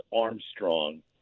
Armstrong